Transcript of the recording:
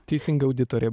teisinga auditorė